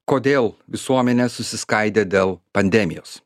kodėl visuomenė susiskaidė dėl pandemijos